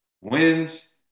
Wins